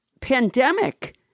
pandemic